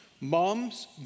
Moms